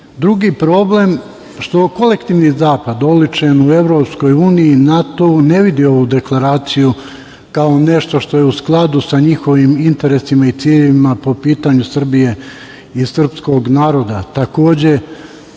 problem je što kolektivni Zapad, oličen u Evropskoj uniji i NATO-u, ne vidi ovu deklaraciju kao nešto što je u skladu sa njihovim interesima i ciljevima po pitanju Srbije i srpskog naroda.